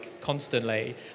constantly